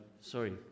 Sorry